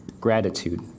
Gratitude